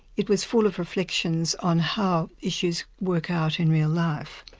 it was full of reflections on how issues work out in your life.